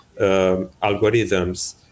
algorithms